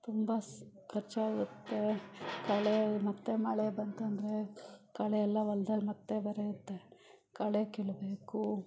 ತುಂಬ ಸ್ ಖರ್ಚಾಗುತ್ತೆ ಕಳೆ ಮತ್ತೆ ಮಳೆ ಬಂತಂದರೆ ಕಳೆ ಎಲ್ಲ ಹೊಲ್ದಲ್ಲಿ ಮತ್ತೆ ಬರುತ್ತೆ ಕಳೆ ಕೀಳಬೇಕು